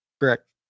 Correct